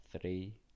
three